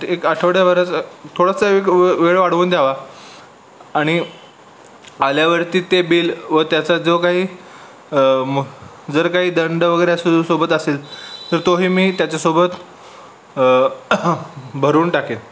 एक आठवड्याभराचा थोडासा एक वेळ वाढवून द्यावा आणि आल्यावरती ते बिल व त्याचा जो काही जर काही दंड वगैरे असो जो सोबत असेल तर तोही मी त्याच्यासोबत भरून टाकेल